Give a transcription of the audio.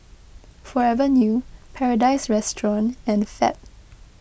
Forever New Paradise Restaurant and Fab